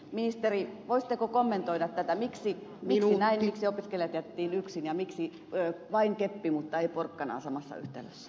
ministeri voisitteko kommentoida tätä miksi näin miksi opiskelijat jätettiin yksin ja miksi vain keppi mutta ei porkkanaa samassa yhteydessä